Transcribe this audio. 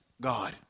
God